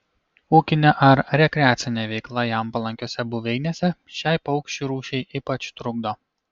ūkinė ar rekreacinė veikla jam palankiose buveinėse šiai paukščių rūšiai ypač trukdo